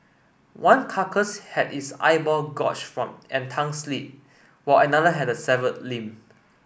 one carcass had its eyeball gorged and tongue slit while another had a severed limb